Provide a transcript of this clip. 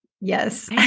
Yes